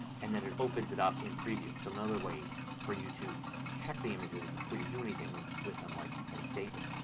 and then it opens it up in preview. so it's another way for you to check the images before you do anything with them like say save them.